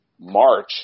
March